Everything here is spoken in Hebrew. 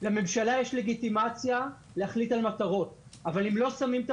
לממשלה יש לגיטימציה להחליט על מטרות אבל אם לא שמים את